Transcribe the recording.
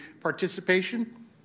participation